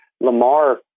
Lamar